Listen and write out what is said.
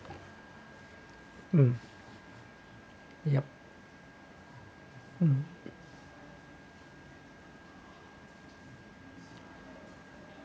mm yup uh